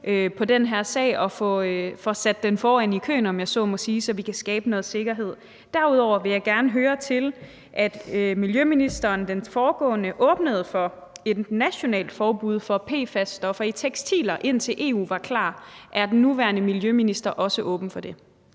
på den her sag og får sat den foran i køen – om jeg så må sige – så vi kan skabe noget sikkerhed. Derudover vil jeg gerne høre noget. Den foregående miljøminister åbnede for et nationalt forbud mod PFAS-stoffer i tekstiler, indtil EU var klar. Er den nuværende miljøminister også åben for det?